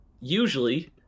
Usually